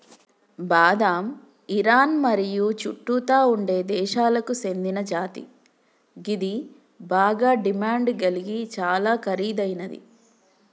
బాదం ఇరాన్ మరియు చుట్టుతా ఉండే దేశాలకు సేందిన జాతి గిది బాగ డిమాండ్ గలిగి చాలా ఖరీదైనది